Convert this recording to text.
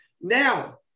now